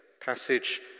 passage